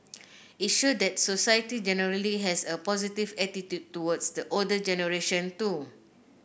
it showed that society generally has a positive attitude towards the older generation too